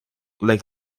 leek